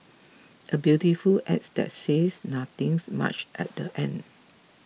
a beautiful ads that says nothing's much at the end